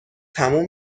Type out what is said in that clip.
تموم